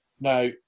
Now